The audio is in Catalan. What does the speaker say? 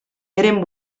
eren